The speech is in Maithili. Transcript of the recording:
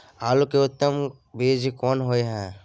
आलू के उत्तम बीज कोन होय है?